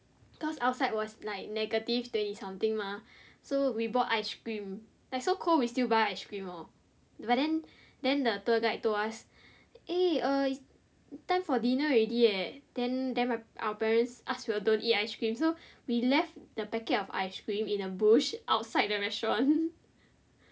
cause outside was like negative twenty something mah so we bought ice cream like so cold we still buy ice cream hor but then then the tour guide told us eh it's time for dinner already leh then then my our parents ask we all don't eat ice cream so we left the packet of ice cream in a bush outside the restaurant